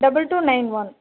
double two nine one